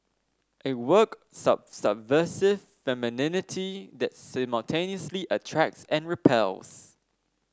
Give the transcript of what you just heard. a work subversive femininity that simultaneously attracts and repels